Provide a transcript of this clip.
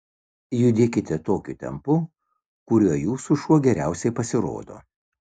judėkite tokiu tempu kuriuo jūsų šuo geriausiai pasirodo